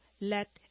let